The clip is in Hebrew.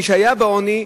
מי שהיה בעוני,